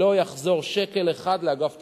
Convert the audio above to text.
לא יחזור שקל אחד לאגף התקציבים,